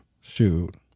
Shoot